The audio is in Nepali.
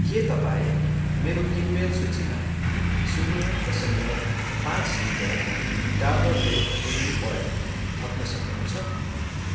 के तपाईँ मेरो किनमेल सूचीमा शून्य दशमलव पाँच litre Dabur red pulling oil थप्न सक्नुहुन्छ